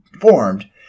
formed